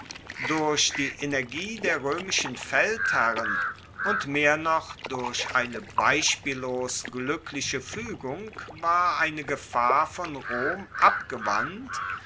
durch die energie der roemischen feldherren und mehr noch durch eine beispiellos glueckliche fuegung war eine gefahr von rom abgewandt